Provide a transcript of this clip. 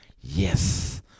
yes